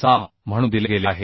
6 म्हणून दिले गेले आहे